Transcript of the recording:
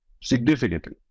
significantly